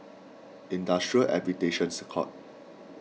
Industrial Arbitrations Court